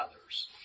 others